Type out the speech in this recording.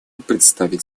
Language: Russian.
предоставить